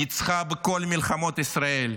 ניצחה בכל מלחמות ישראל,